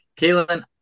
Kaylin